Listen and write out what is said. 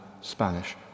Spanish